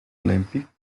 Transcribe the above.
olympiques